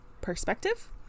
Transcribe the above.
perspective